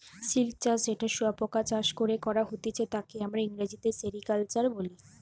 silk চাষ যেটা শুয়োপোকা চাষ করে করা হতিছে তাকে আমরা ইংরেজিতে সেরিকালচার বলি